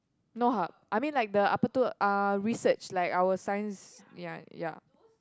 no !huh! I mean like the apa tu ah research like our science ya ya